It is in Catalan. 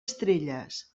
estrelles